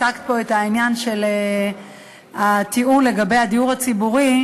ומכיוון שהצגת פה את הטיעון לגבי הדיור הציבורי,